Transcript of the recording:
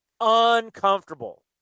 Uncomfortable